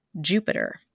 Jupiter